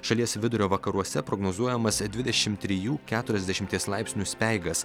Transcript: šalies vidurio vakaruose prognozuojamas dvidešim trijų keturiasdešimies laipsnių speigas